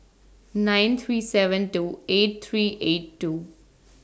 nine three seven two eight three eight two